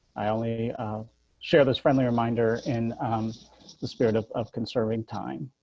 i only share this friendly reminder, in the spirit of of conserving time